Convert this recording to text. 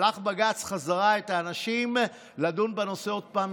שלח בג"ץ חזרה את האנשים לדון בנושא עוד פעם.